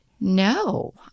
no